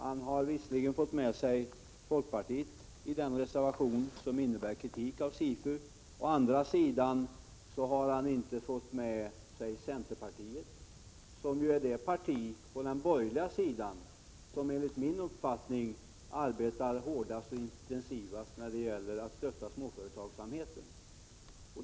Han har visserligen fått med sig folkpartiet i den reservation som innebär kritik av SIFU, men å andra sidan har han inte fått med sig centerpartiet, som ju är det parti på den borgerliga sidan som enligt min uppfattning arbetar hårdast och intensivast när det gäller att stötta småföretagsamheten.